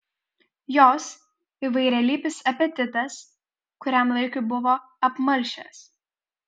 jos įvairialypis apetitas kuriam laikui buvo apmalšęs